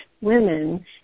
women